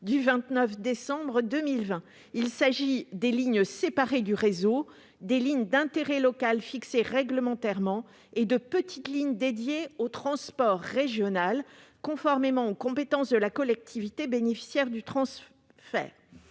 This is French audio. du 29 décembre 2020. Il est question des lignes séparées du réseau, des lignes d'intérêt local fixées réglementairement et de petites lignes dédiées au transport régional, conformément aux compétences de la collectivité bénéficiaire du transfert.